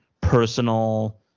personal